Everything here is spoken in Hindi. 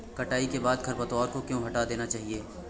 कटाई के बाद खरपतवार को क्यो हटा देना चाहिए?